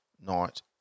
night